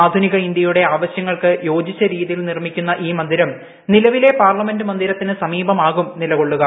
ആധുനിക ഇന്ത്യയുടെ ആവശ്യങ്ങൾക്ക് യോജിച്ച രീതിയിൽ നിർമിക്കുന്ന ഈ മന്ദ്രിൽ നിലവിലെ പാർലമെന്റ് മന്ദിരത്തിന് സമീപമാകും നിലകൊള്ളുക